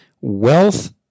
wealth